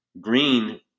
Green